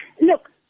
look